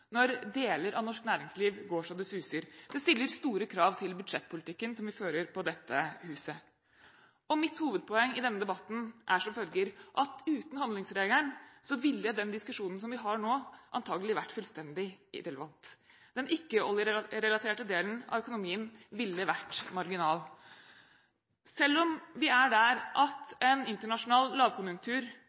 når deler av norsk næringsliv går så det suser. Det stiller store krav til budsjettpolitikken som vi fører på dette huset. Mitt hovedpoeng i denne debatten er at uten handlingsregelen ville den diskusjonen vi har nå, antakelig vært fullstendig irrelevant. Den ikke-oljerelaterte delen av økonomien ville vært marginal. Selv om